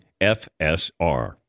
FSR